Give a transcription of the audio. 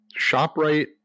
ShopRite